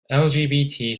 lgbt